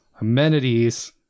Amenities